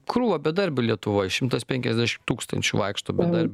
krūva bedarbių lietuvoj šimtas penkiasdešim tūkstančių vaikšto bedarbių